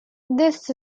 this